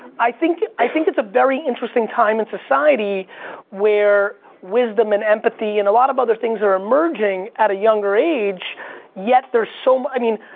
i think i think it's a very interesting time in society where wisdom and empathy and a lot of other things are emerging at a younger age yet there's so, i mean,